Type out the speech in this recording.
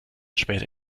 später